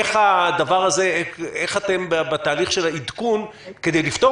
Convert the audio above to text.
איך אתם בתהליך של העדכון כדי לפתור